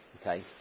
okay